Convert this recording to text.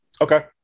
Okay